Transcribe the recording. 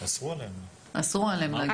אסרו עליהם להגיע.